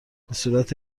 بهصورت